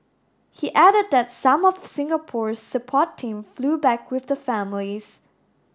he added that some of Singapore's support team flew back with the families